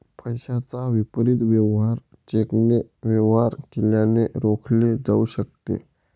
पैशाच्या विपरीत वेवहार चेकने वेवहार केल्याने रोखले जाऊ शकते